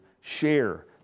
share